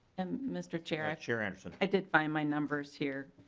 and mr. chair ah chair and so i did fiend my numbers here.